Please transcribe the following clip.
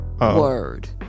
word